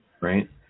Right